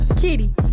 Kitty